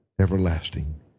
everlasting